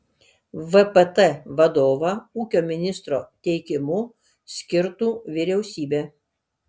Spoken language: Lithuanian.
vpt vadovą ūkio ministro teikimu skirtų vyriausybė